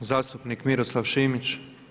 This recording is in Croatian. Zastupnik Miroslav Šimić.